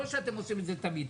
לא שאתם עושים את זה תמיד,